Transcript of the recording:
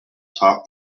top